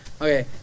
Okay